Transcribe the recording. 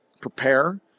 prepare